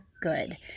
good